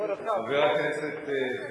כבוד השר, חבר הכנסת חרמש,